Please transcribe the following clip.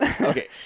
Okay